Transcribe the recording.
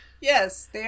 Yes